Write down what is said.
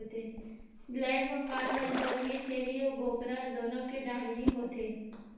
black Bengal नसल के छेरी अउ बोकरा दुनो के डाढ़ही होथे